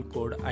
Code